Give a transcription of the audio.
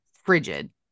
frigid